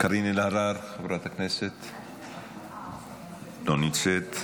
חברת הכנסת קארין אלהרר, לא נמצאת,